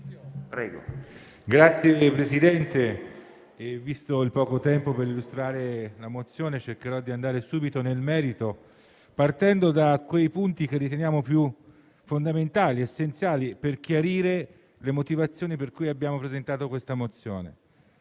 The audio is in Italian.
Signor Presidente, visto il poco tempo per illustrare la mozione, cercherò di entrare subito nel merito, partendo dai punti che riteniamo essenziali per chiarire le motivazioni per cui abbiamo presentato l'atto di